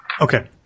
Okay